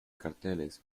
carteles